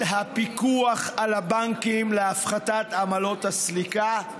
הפיקוח על הבנקים להפחתת עמלות הסליקה.